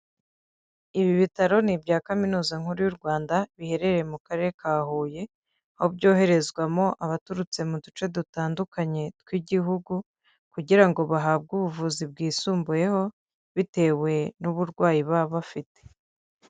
Ibi bitaro ni ibya kaminuza nkuru y'u Rwanda biherereye mu karere ka Huye, aho byoherezwamo abaturutse mu duce dutandukanye tw'igihugu, kugira ngo bahabwe ubuvuzi bwisumbuyeho bitewe n'uburwayi baba bafite.